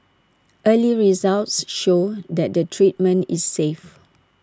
early results show that the treatment is safe